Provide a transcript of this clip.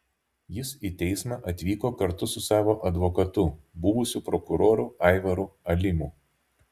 jis į teismą atvyko kartu su savo advokatu buvusiu prokuroru aivaru alimu